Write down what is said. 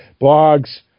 blogs